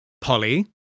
Polly